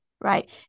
right